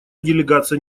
делегация